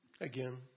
again